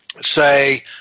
say